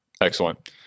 Excellent